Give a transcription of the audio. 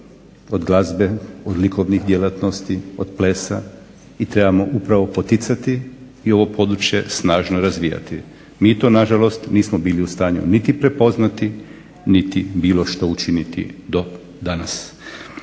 od glazbe, od likovnih djelatnosti, od plesa i trebamo upravo poticati i ovo područje snažno poticati. MI to na žalost nismo bili u stanju niti prepoznati niti bilo što učiniti do danas.